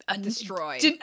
Destroyed